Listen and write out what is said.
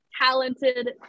talented